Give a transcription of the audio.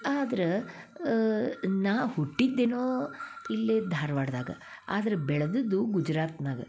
ಆದ್ರೆ ನಾ ಹುಟ್ಟಿದ್ದೇನೋ ಇಲ್ಲೇ ಧಾರ್ವಾಡದಾಗ ಆದ್ರೆ ಬೆಳೆದದ್ದು ಗುಜ್ರಾತಿನಾಗ